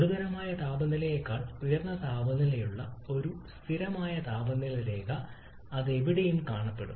ഗുരുതരമായ താപനിലയേക്കാൾ ഉയർന്ന താപനിലയുള്ള ഒരു സ്ഥിരമായ താപനില രേഖ അത് എങ്ങനെ കാണപ്പെടും